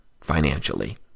financially